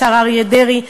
השר אריה דרעי,